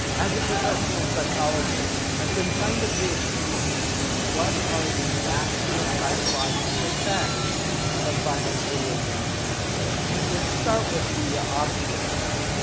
as a professional psychologist, i've been trying to pay attention to what are the actual psychological effects of violent video games on our kids. let's start with the obvious thing.